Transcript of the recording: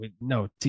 no